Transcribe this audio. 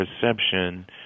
perception